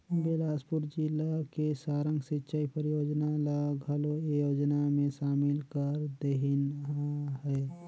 बेलासपुर जिला के सारंग सिंचई परियोजना ल घलो ए योजना मे सामिल कर देहिनह है